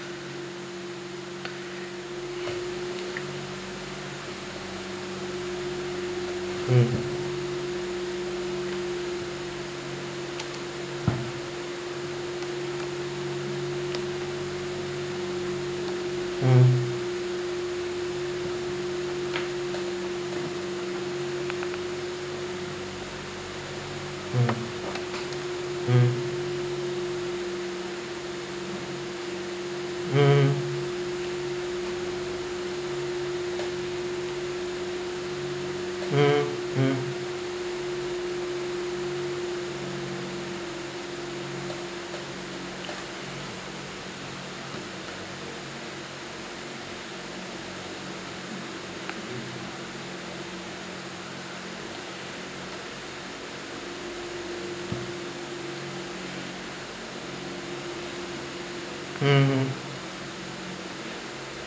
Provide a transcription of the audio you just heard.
mm hmm hmm mm hmm hmm mm mmhmm